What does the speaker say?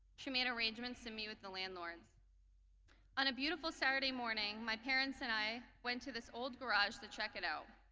she made arrangements to meet with the landlords on a beautiful saturday morning my parents and i went to this old garage to check it out.